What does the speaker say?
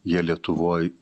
jie lietuvoj